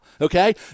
Okay